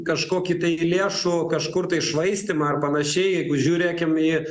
kažkokį tai lėšų kažkur tai švaistymą ar panašiai jeigu žiūrėkim į